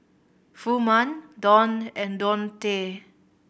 Furman Donn and Deontae